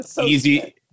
easy